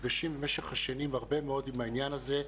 נפגשים במשך השנים הרבה מאוד עם העניין הזה.